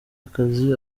akazi